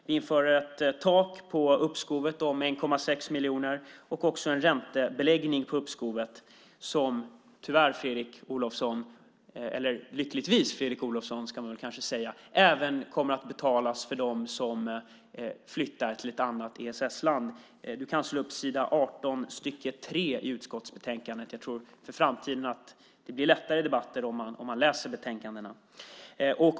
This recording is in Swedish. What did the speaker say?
Vi inför ett tak på uppskovet om 1,6 miljoner och också en räntebeläggning på uppskovet som lyckligtvis, Fredrik Olovsson, kommer att betalas även av dem som flyttar till ett annat EES-land. Du kan slå upp s. 18 tredje stycket i utskottsbetänkandet. Det blir lättare i debatter om man läser betänkandena.